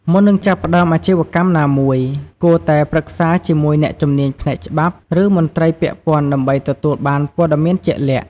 មុននឹងចាប់ផ្តើមអាជីវកម្មណាមួយ គួរតែប្រឹក្សាជាមួយអ្នកជំនាញផ្នែកច្បាប់ ឬមន្ត្រីពាក់ព័ន្ធដើម្បីទទួលបានព័ត៌មានជាក់លាក់។